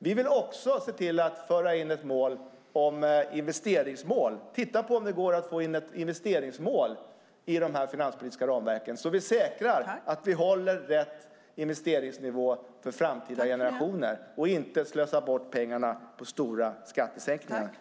Vi vill också se om det går att föra in ett investeringsmål i de finanspolitiska ramverken så att vi säkrar att vi håller rätt investeringsnivå för framtida generationer och inte slösar bort pengarna på stora skattesänkningar.